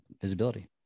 visibility